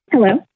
Hello